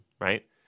right